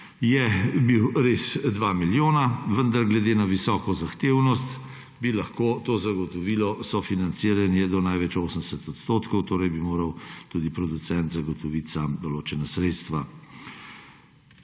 je bil res 2 milijona, vendar glede na visoko zahtevnost bi lahko to zagotovilo sofinanciranje do največ 80 %, torej bi moral tudi producent zagotoviti sam določena sredstva.